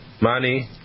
money